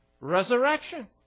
resurrection